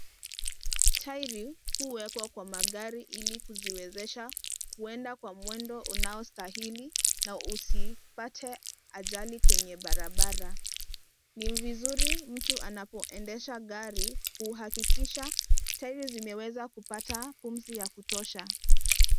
Tairi huwekwa kwa magari ili kuziwezesha kwenda kwa mwendo unaostahili na usipate ajali kwenye barabara. Ni vizuri mtu anapo endesha gari kuhakikisha tairi zimeweza kupata pumzi ya kutosha.